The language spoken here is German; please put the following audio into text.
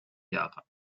jahre